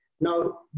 Now